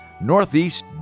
Northeast